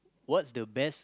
what is the best